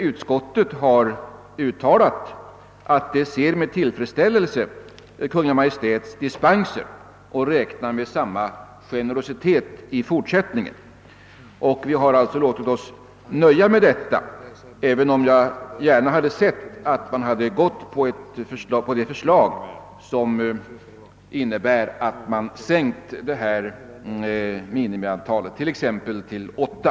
Utskottet har »med tillfredsställelse konstaterat Kungl. Maj:ts inställning i dispensfallen» och räknar med samma generositet i fortsättningen. Vi har alltså låtit oss nöja med: detta, även om jag gärna hade sett att man hade följt det förslag som innebär att minimiantalet sänkts, t.ex. till 8.